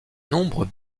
nombres